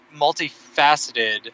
multifaceted